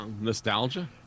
nostalgia